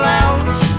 Lounge